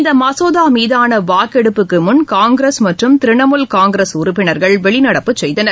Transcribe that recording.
இந்த மசோதா மீதான வாக்கெடுப்புக்கு முன் காங்கிரஸ் மற்றும் திரிணாமுல் காங்கிரஸ் உறுப்பினர்கள் வெளிநடப்பு செய்தனர்